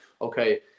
okay